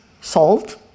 salt